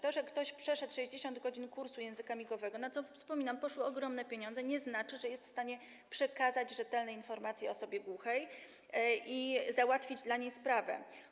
To, że ktoś odbył 60-godzinny kurs języka migowego, na co poszły, wspominam, ogromne pieniądze, nie znaczy, że jest w stanie przekazać rzetelne informacje osobie głuchej i załatwić dla niej sprawę.